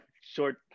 short